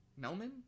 Melman